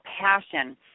passion